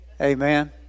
Amen